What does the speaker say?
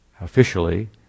officially